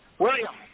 William